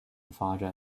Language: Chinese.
发展